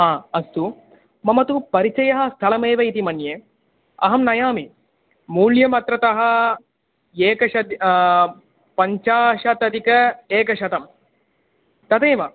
ह अस्तु मम तु परिचयः स्थलमेव इति मन्ये अहं नयामि मूल्यम् अत्रतः एकशतं पञ्चाशदधिकैकशतं तदेव